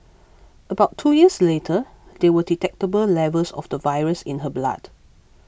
about two years later there were detectable levels of the virus in her blood